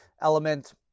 element